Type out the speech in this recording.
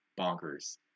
bonkers